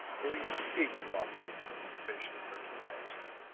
or even pig market of special notoriety.